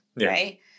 Right